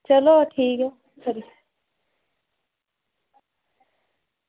चलो ठीक ऐ फिर